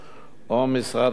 ו/או משרד החינוך,